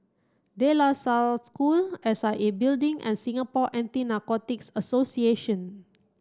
De La Salle School S I A Building and Singapore Anti Narcotics Association